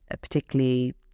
particularly